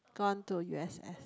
gone to U_S_S